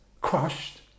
crushed